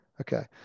Okay